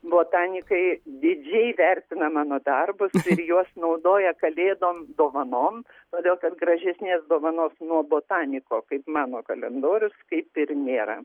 botanikai didžiai vertina mano darbus ir juos naudoja kalėdom dovanom todėl kad gražesnės dovanos nuo botaniko kaip mano kalendorius kaip ir nėra